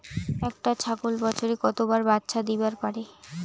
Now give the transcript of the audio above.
একটা ছাগল বছরে কতবার বাচ্চা দিবার পারে?